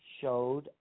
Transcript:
showed